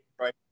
Right